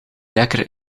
lekker